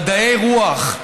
מדעי הרוח,